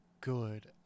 good